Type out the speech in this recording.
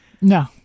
No